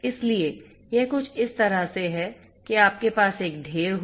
इसलिए यह कुछ इस तरह से है कि आपके पास एक ढेर हो